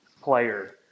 player